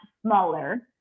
smaller